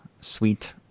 sweet